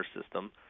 system